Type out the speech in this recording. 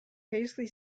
paisley